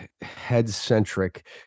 head-centric